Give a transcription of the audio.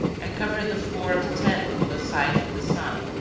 and covered the floor of the tent on the side from the sun.